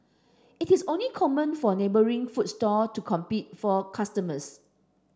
it is only common for neighbouring food stall to compete for customers